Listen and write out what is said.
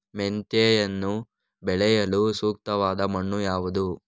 ಮೆಂತೆಯನ್ನು ಬೆಳೆಯಲು ಸೂಕ್ತವಾದ ಮಣ್ಣು ಯಾವುದು?